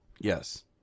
Yes